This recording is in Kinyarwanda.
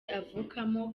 avukamo